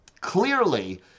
clearly